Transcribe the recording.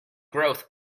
growth